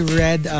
read